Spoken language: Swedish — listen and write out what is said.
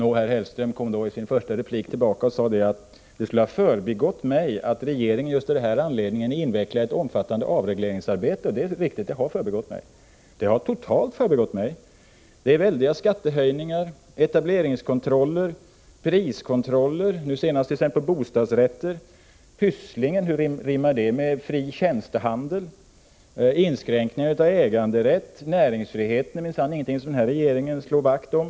Mats Hellström kom då i sin första replik tillbaka och sade att det skulle ha förbigått mig att regeringen just av denna anledning är invecklad i ett omfattande avregleringsarbete. Det är riktigt — det har totalt förbigått mig. Väldiga skattehöjningar har skett jämte etableringskontroller och priskontroller, nu senast på bostadsrätter. Hur rimmar Pysslingen med talet om fri tjänstehandel? Inskränkningar har skett i äganderätten. Näringsfriheten är minsann ingenting som denna regering slår vakt om.